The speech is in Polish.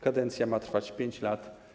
Kadencja ma trwać 5 lat.